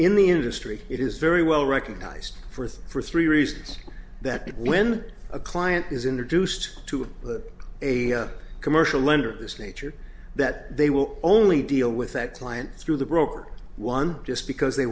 in the industry it is very well recognized for three reasons that when a client is introduced to a commercial lender of this nature that they will only deal with that client through the broker one just because they